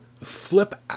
flip